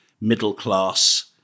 middle-class